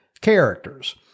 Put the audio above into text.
characters